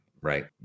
right